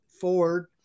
Ford